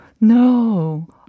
No